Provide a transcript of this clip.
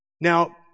Now